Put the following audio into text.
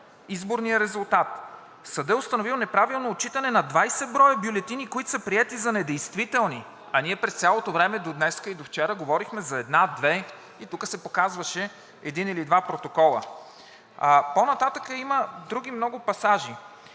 изборния резултат. Съдът е установил неправилно отчитане на 20 броя бюлетини, които са приети за недействителни, а ние през цялото време до днес и до вчера говорехме за една-две и тука се показваха един или два протокола. По-нататък има много други пасажи.